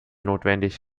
notwendig